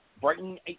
Brighton